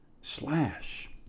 slash